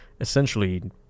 essentially